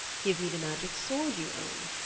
give me the magic sword you own.